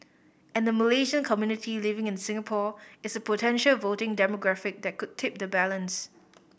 and the Malaysian community living in Singapore is a potential voting demographic that could tip the balance